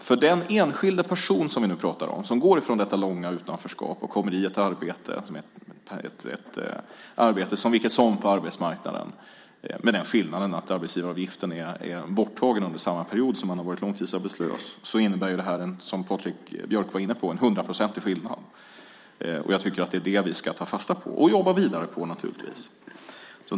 För den enskilde person som vi nu pratar om, som går från ett långt utanförskap och kommer in i ett arbete, ett arbete vilket som helst på arbetsmarknaden, med den skillnaden att arbetsgivaravgiften är borttagen under lika lång period som han har varit långtidsarbetslös, innebär det här en hundraprocentig skillnad. Jag tycker att det är det vi ska ta fasta på och jobba vidare på naturligtvis.